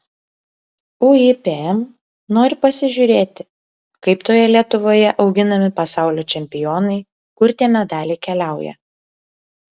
uipm nori pasižiūrėti kaip toje lietuvoje auginami pasaulio čempionai kur tie medaliai keliauja